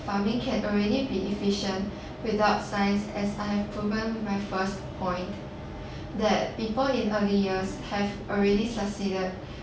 farming can already be efficient without science as I have proven in my first point that people in early years have already succeeded